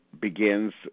begins